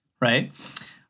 right